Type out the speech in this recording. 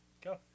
Go